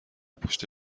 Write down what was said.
پشت